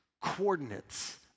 Coordinates